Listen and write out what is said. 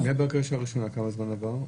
הבקשה הראשונה, כמה זמן עבר?